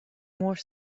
more